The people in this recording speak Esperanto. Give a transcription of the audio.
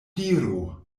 diru